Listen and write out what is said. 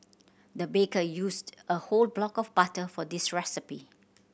the baker used a whole block of butter for this recipe